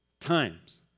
times